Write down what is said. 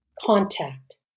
contact